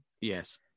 Yes